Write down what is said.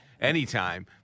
Anytime